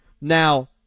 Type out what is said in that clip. Now